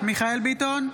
מרדכי ביטון,